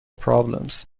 problems